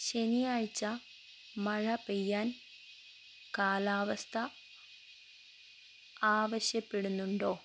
ശനിയാഴ്ച മഴ പെയ്യാൻ കാലാവസ്ഥ ആവശ്യപ്പെടുന്നുണ്ടോ